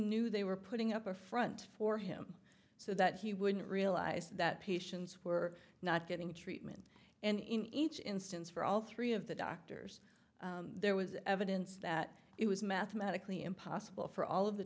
knew they were putting up a front for him so that he wouldn't realize that patients were not getting treatment and in each instance for all three of the doctors there was evidence that it was mathematically impossible for all of the